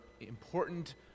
important